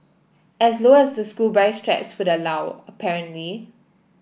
as low as the school bag straps would allow apparently